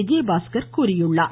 விஜயபாஸ்கர் தெரிவித்திருக்கிறார்